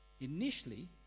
initially